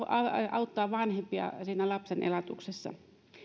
auttaa vanhempia siinä lapsen elatuksessa